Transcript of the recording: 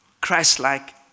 Christ-like